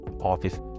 office